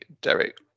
Derek